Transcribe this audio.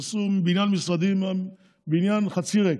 עשו בניין משרדים והבניין חצי ריק.